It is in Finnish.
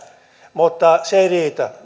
mutta se ei riitä